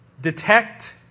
Detect